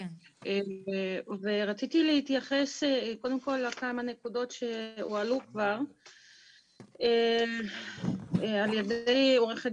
רציתי להתייחס לכמה נקודות שהועלו כבר על ידי עורכת